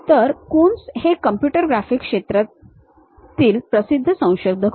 तर कून्स हे कॉम्प्युटर ग्राफिक्सच्या क्षेत्रातील प्रसिद्ध संशोधक होते